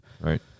Right